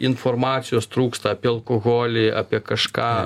informacijos trūksta apie alkoholį apie kažką